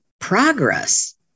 Progress